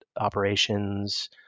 operations